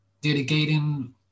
dedicating